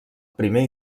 primer